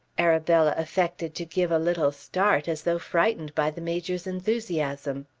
arabella affected to give a little start, as though frightened by the major's enthusiasm.